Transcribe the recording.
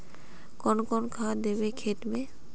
कौन कौन खाद देवे खेत में?